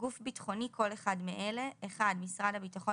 "גוף ביטחוני" כל אחד מאלה: (1)משרד הביטחון